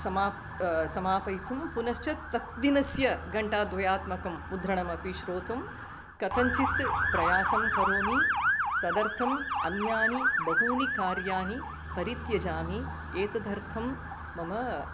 समाप् समापयितुं पुनश्च तत् दिनस्य घण्टाद्वयात्मकं मुद्रणमपि श्रोतुं कथञ्चित् प्रयासं करोमि तदर्थम् अन्यानि बहूनि कार्याणि परित्यजामि एतदर्थं मम